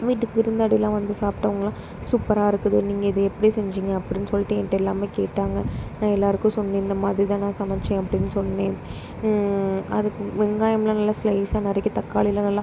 வீட்டுக்கு விருத்தாடிலாம் வந்து சாப்பிட்டவங்களாம் சூப்பராக இருக்குது நீங்கள் இதை எப்படி செஞ்சுங்க அப்படினு சொல்லிட்டு என்கிட எல்லாமே கேட்டாங்க நான் எல்லோருக்கும் சொன்னே இந்த மாதிரி தான் நான் சமைத்தேன் அப்படினு சொன்னேன் அதுக்கு வெங்காயமெலாம் நல்லா ஸ்லைசாக நறுக்கி தாக்களியெலாம் நல்லா